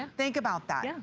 and think about that. and